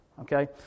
Okay